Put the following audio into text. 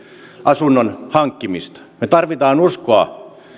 asunnon hankkimista me tarvitsemme uskoa